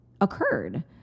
occurred